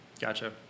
Gotcha